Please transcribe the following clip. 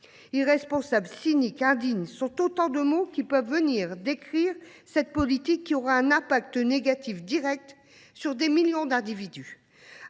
Irresponsable, cynique, indigne sont autant de mots qui peuvent décrire cette politique, qui aura un impact négatif direct sur des millions d’individus.